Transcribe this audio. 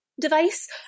device